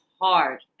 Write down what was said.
hard